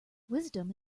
wisdom